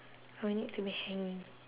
I want it to be hanging